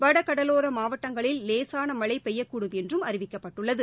வடகடலோர மாவட்டங்களில் லேசான மழை பெய்யக்கூடும் என்றும் அறிவிக்கப்பட்டுள்ளது